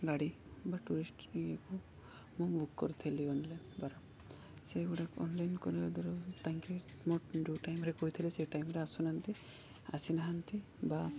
ଗାଡ଼ି ବା ଟୁରିଷ୍ଟ କି ମୁଁ ବୁକ୍ କରିଥିଲି ଅନଲାଇନ୍ ବାର ସେଗୁଡ଼ାକ ଅନଲାଇନ୍ କରିବା ଦ୍ୱାରା ତାଙ୍କେ ମୋ ଯେଉଁ ଟାଇମ୍ରେ କହିଥିଲେ ସେ ଟାଇମ୍ରେ ଆସୁ ନାହାନ୍ତି ଆସି ନାହାନ୍ତି ବା